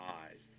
eyes